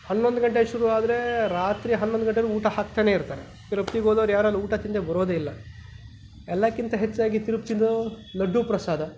ಹನ್ನೊಂದು ಗಂಟೆಗೆ ಶುರುವಾದರೆ ರಾತ್ರಿ ಹನ್ನೊಂದು ಗಂಟೆಗೂ ಊಟ ಹಾಕ್ತಾನೇ ಇರ್ತಾರೆ ತಿರುಪ್ತಿಗೆ ಹೋದೋರು ಯಾರೂ ಅಲ್ಲಿ ಊಟ ತಿನ್ನದೇ ಬರೋದೇ ಇಲ್ಲ ಎಲ್ಲಕ್ಕಿಂತ ಹೆಚ್ಚಾಗಿ ತಿರುಪತಿದು ಲಡ್ಡು ಪ್ರಸಾದ